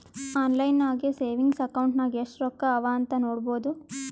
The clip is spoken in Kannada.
ಆನ್ಲೈನ್ ನಾಗೆ ಸೆವಿಂಗ್ಸ್ ಅಕೌಂಟ್ ನಾಗ್ ಎಸ್ಟ್ ರೊಕ್ಕಾ ಅವಾ ಅಂತ್ ನೋಡ್ಬೋದು